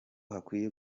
hakwiye